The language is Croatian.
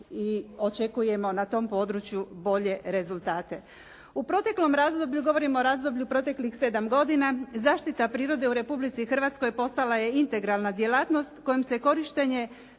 i očekujemo na tom području bolje rezultate. U proteklom razdoblju, govorim o razdoblju proteklih 7 godina, zaštita prirode u Republici Hrvatskoj postala je integralna djelatnost kojom se korištenje